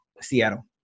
Seattle